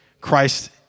Christ